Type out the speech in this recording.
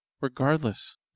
Regardless